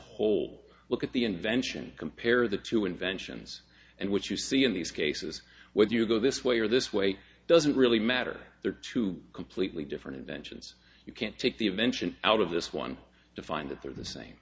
whole look at the invention compare the two inventions and what you see in these cases with you go this way or this way doesn't really matter there are two completely different inventions you can't take the invention out of this one to find that they are the same